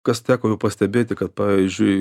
kas teko jau pastebėti kad pavyzdžiui